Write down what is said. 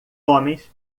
homens